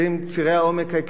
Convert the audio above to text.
צירי העומק העיקריים.